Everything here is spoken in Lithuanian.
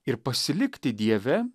ir pasilikti dieve